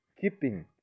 keeping